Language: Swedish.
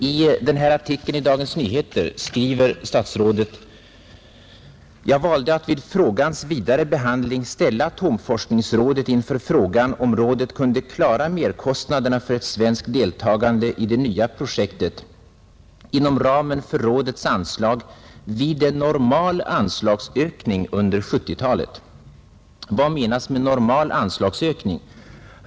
I artikeln i Dagens Nyheter skriver statsrådet Moberg: ”Jag valde att vid frågans vidare behandling ställa Atomforskningsrådet inför frågan om rådet kunde klara merkostnaderna för ett svenskt deltagande i det nya projektet inom ramen för rådets anslag vid en normal anslagsökning under 70-talet.” Vad menas med normal anslagsökning?